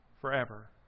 forever